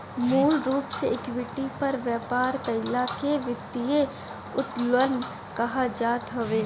मूल रूप से इक्विटी पर व्यापार कईला के वित्तीय उत्तोलन कहल जात हवे